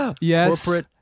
yes